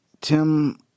Tim